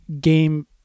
game